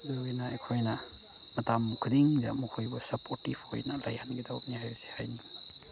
ꯑꯗꯨꯅꯤꯅ ꯑꯩꯈꯣꯏꯅ ꯃꯇꯝ ꯈꯨꯗꯤꯡꯗ ꯃꯈꯣꯏꯕꯨ ꯁꯞꯄ꯭ꯣꯔꯠꯇꯤꯞ ꯑꯣꯏꯅ ꯂꯩꯍꯟꯒꯗꯧꯕꯅꯦ ꯍꯥꯏꯕꯁꯦ ꯍꯥꯏꯅꯤꯡꯉꯤ